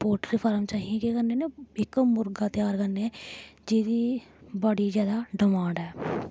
poultry farm च आहीं केह् करने निं इक मुर्गा त्यार करने जेह्दी बड़ी जैदा डमांड ऐ